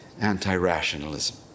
anti-rationalism